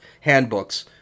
handbooks